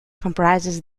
comprises